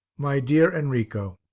my dear enrico,